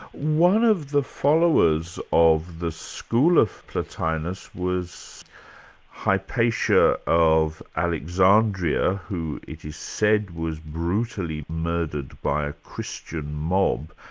one of the followers of the school of plotinus was hypatia of alexandria, who it is said, was brutally murdered by a christian mob,